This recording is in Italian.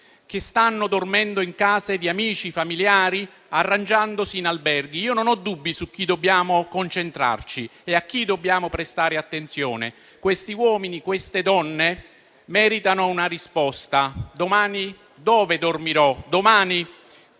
che stanno dormendo in case di amici, familiari, arrangiandosi in alberghi? Io non ho dubbi rispetto a chi dobbiamo concentrarci e a chi dobbiamo prestare attenzione. Quegli uomini e quelle donne meritano una risposta alle domande: domani dove dormirò? Domani